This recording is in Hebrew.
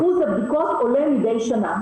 אחוז הבדיקות עולה מדי שנה.